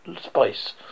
spice